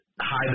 high